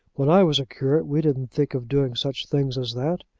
when i was a curate, we didn't think of doing such things as that.